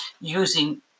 using